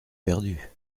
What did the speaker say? perdue